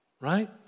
Right